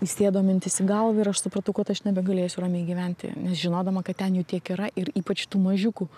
įsėdo mintis į galvą ir aš supratau kad aš nebegalėsiu ramiai gyventi nes žinodama kad ten jų tiek yra ir ypač tų mažiukų